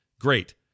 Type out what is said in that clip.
great